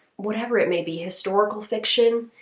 whatever it may be, historical fiction,